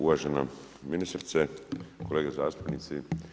Uvažena ministrice, kolege zastupnici.